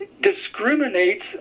discriminates